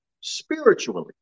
spiritually